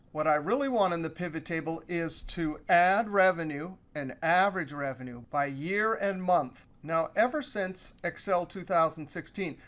what i really want in the pivottable is to add revenue, an average revenue, by year and month. now, ever since excel two thousand and sixteen,